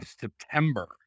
September